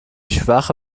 schwache